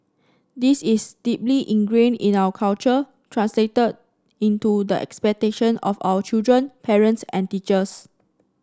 this is deeply ingrained in our culture translated into the expectation of our children parents and teachers